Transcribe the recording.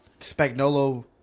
Spagnolo